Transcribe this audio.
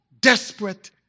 desperate